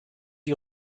die